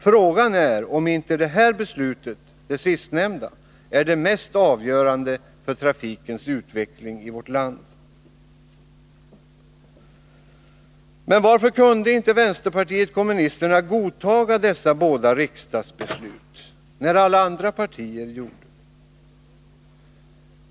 Frågan är om inte det sistnämnda beslutet är det mest avgörande för trafikens utveckling i vårt land. Men varför kunde inte vänsterpartiet kommunisterna godta dessa båda riksdagsbeslut när alla andra partier gjorde det?